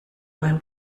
beim